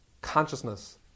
consciousness